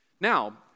Now